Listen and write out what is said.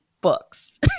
books